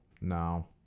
no